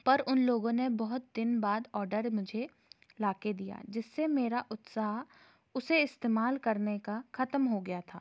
पर उन लोगों ने बहुत दिन बाद ऑडर मुझे ला कर दिया जिससे मेरा उत्साह उसे इस्तेमाल करने का ख़त्म हो गया था